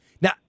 Now